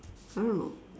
I don't know